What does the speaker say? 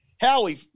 Howie